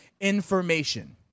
information